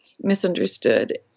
misunderstood